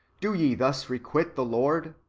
do ye thus requite the lord?